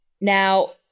Now